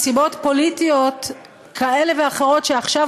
מסיבות פוליטיות כאלה ואחרות שעכשיו